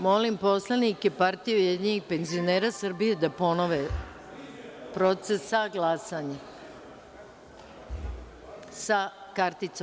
Molim poslanike Partije ujedinjenih penzionera Srbije da ponove proces za glasanje sa karticom.